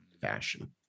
fashion